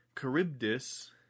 Charybdis